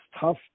tough